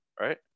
right